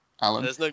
Alan